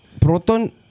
Proton